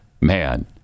man